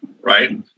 right